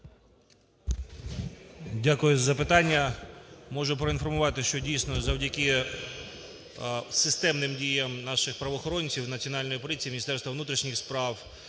Дякую за запитання. Можу проінформувати, що, дійсно, завдяки системним діям наших правоохоронців Національної поліції, Міністерства внутрішніх справ